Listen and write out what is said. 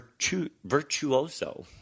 virtuoso